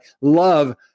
love